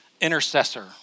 intercessor